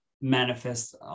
manifest